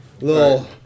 Little